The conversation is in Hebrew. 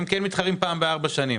שמתחרים פעם בארבע שנים.